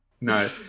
no